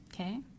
Okay